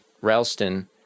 Ralston